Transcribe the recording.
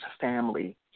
family